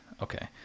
okay